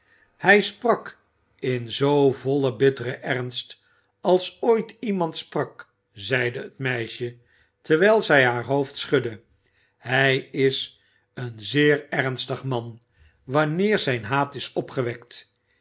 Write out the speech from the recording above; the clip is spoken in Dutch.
hij sprak in zoo vollen bitteren ernst als ooit iemand sprak zeide het meisje terwijl zij haar hoofd schudde hij is een zeer ernstig man wanneer zijn haat is opgewekt